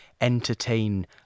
entertain